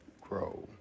grow